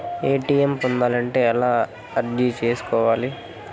ATM పొందాలంటే ఎలా అర్జీ సేసుకోవాలి?